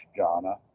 jhana